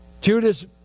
Judas